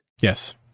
Yes